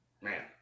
man